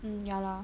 mm ya lah